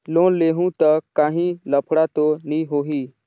Loan लेहूं ता काहीं लफड़ा तो नी होहि?